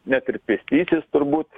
net ir pėstysis turbūt